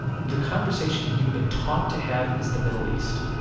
the conversation you've been taught to have is the middle east.